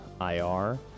IR